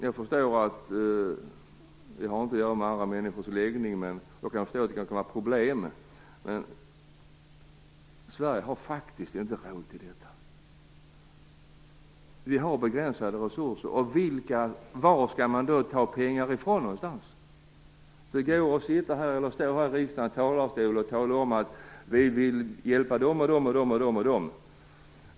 Jag har inte något att göra med andra personers läggning, men jag kan förstå att det kan bli problem. Men Sverige har faktiskt inte råd med detta. Vi har begränsade resurser. Varifrån skall vi ta pengarna? Det går ju bra att stå här i riksdagen och tala om att man vill hjälpa dem och dem människorna.